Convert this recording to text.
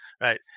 right